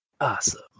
awesome